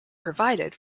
provided